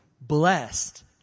blessed